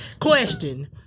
question